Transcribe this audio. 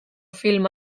film